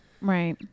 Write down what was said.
Right